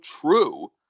true